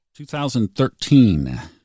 2013